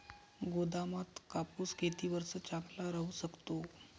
गोदामात कापूस किती वर्ष चांगला राहू शकतो?